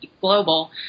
global